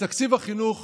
בתקציב החינוך